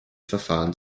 verfahren